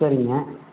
சரிங்க